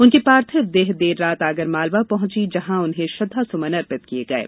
उनकी पार्थिव देह देर रात आगरमालवा पंहची जहां उन्हें श्रद्वा सुमन अर्पित किये गये